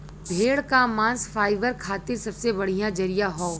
भेड़ क मांस फाइबर खातिर सबसे बढ़िया जरिया हौ